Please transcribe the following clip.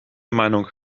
meinung